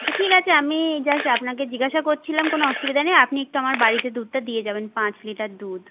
আচ্ছা ঠিক আছে আমি জাস্ট আপনাকে জিজ্ঞাসা করছিলাম কোনো অসুবিধা নেই আপনি একটু আমার বাড়িতে দুধটা যাবেন পাঁচ লিটার দুধ